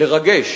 לרגש,